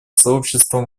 сообществом